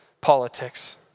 politics